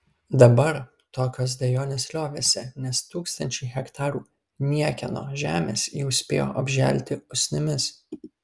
dabar tokios dejonės liovėsi nes tūkstančiai hektarų niekieno žemės jau spėjo apželti usnimis